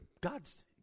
God's